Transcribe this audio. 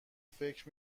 فکر